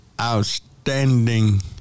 outstanding